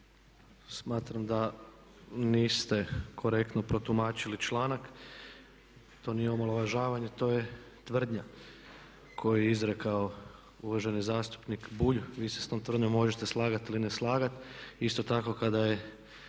Smatram da niste korektno protumačili članak, to nije omalovažavanje, to je tvrdnja koju je izrekao zastupnik Bulj. Vi se s tom tvrdnjom možete ili ne slagati. Isto tako kada je